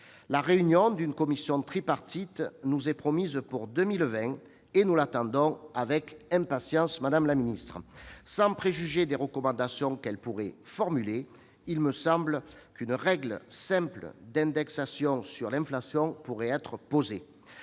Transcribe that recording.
La réunion d'une commission tripartite nous est promise pour 2020. Nous l'attendons avec impatience, madame la secrétaire d'État. Sans préjuger des recommandations qu'elle pourrait formuler, il me semble qu'une règle simple d'indexation sur l'inflation pourrait être posée.